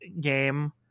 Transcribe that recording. game